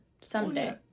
someday